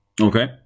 okay